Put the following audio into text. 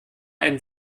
ein